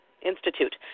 Institute